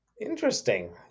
Interesting